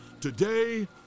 Today